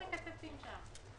האוצר לא מחליט לקצץ ולא אומר היכן.